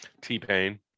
t-pain